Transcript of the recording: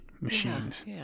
machines